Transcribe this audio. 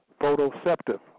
photoceptive